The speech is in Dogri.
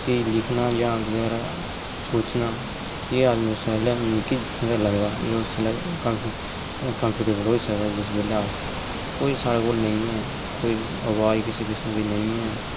चीज लिखना जां वगैरा सोचना एह् आदमी आस्तै मतलब मिगी जित्थे तगर लगदा एह् उसले कम्फर्टेबल होई सकदा जिस बेल्लै अस कोई साढ़े कोल नेईं ऐ कोई अवाज किसे किसम दी नेईं ऐ